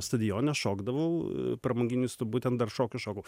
stadione šokdavau pramoginius būtent dar šokius šokau